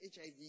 HIV